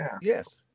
Yes